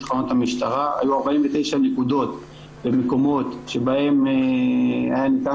היו 49 נקודות ומקומות שבהם היה ניתן